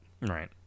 Right